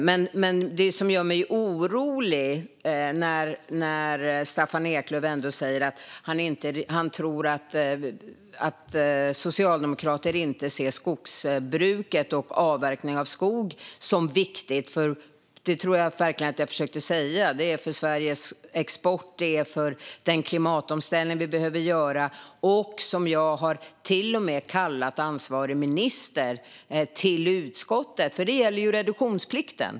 Men det som gör mig orolig är när Staffan Eklöf säger att han tror att Socialdemokraterna inte ser skogsbruket och avverkning av skog som viktigt. Det tror jag verkligen att jag försökte säga. Det gäller Sveriges export, det gäller den klimatomställning vi behöver göra och det gäller ju reduktionsplikten. Jag har till och med kallat ansvarig minister till utskottet för detta.